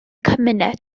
cymuned